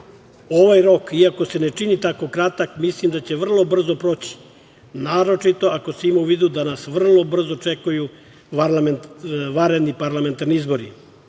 Ovaj rok, iako se ne čini tako kratak, mislim da će vrlo brzo proći, naročito ako se ima u vidu da nas vrlo brzo čekaju vanredni parlamentarni izbori.U